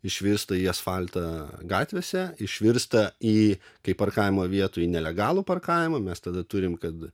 išvirsta į asfaltą gatvėse išvirsta į kai parkavimo vietų į nelegalų parkavimą mes tada turime kad